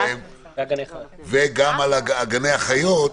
שאנחנו מחכים להן, ועל גני החיות.